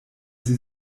sie